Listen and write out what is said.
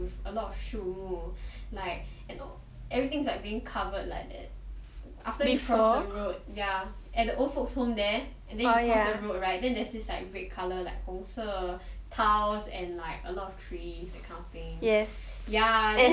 with a lot of shoe like you know everything is like being covered like that after you cross the road there at the old folks home there and then you cross the road right then there's this like red colour like 红色 tiles and like a lot of trees that kind of thing ya